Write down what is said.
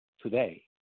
today